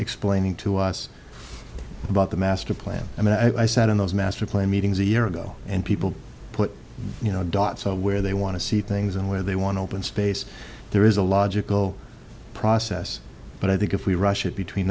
explaining to us about the master plan and i said in those master plan meetings a year ago and people put you know dots where they want to see things and where they want to open space there is a logical process but i think if we rush it between